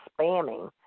spamming